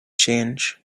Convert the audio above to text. change